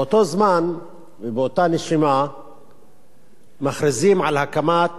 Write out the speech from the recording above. באותו זמן ובאותה נשימה מכריזים על הקמת